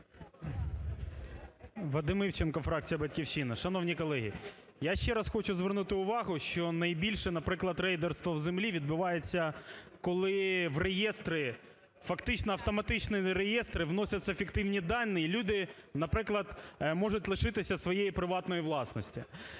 Вадим Івченко, фракція "Батьківщина". Шановні колеги! Я ще раз хочу звернути увагу, що найбільше, наприклад, рейдерство в землі відбувається, коли в реєстри, фактично, автоматично в реєстри вносяться фіктивні дані і люди, наприклад, можуть лишитися своєї приватної власності.